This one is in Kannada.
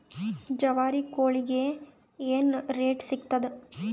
ಜವಾರಿ ಕೋಳಿಗಿ ಏನ್ ರೇಟ್ ಸಿಗ್ತದ?